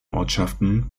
ortschaften